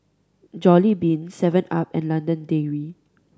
Jollibean seven Up and London Dairy